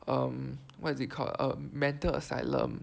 um what is it called um mental asylum